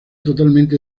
totalmente